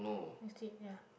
ya